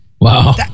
Wow